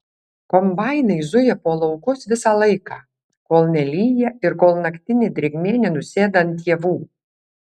kombainai zuja po laukus visą laiką kol nelyja ir kol naktinė drėgmė nenusėda ant javų